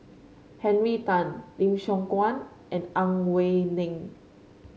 Henry Tan Lim Siong Guan and Ang Wei Neng